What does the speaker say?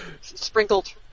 sprinkled